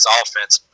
offense